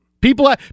People